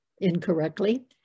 incorrectly